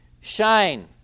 shine